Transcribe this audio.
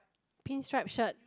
pin striped shirt